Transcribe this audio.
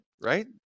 right